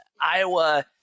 Iowa